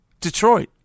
Detroit